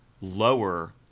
lower